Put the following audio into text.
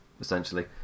essentially